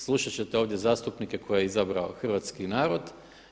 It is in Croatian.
Slušat ćete ovdje zastupnike koje je izabrao hrvatski narod.